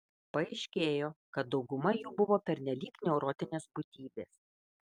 paaiškėjo kad dauguma jų buvo pernelyg neurotinės būtybės